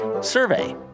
survey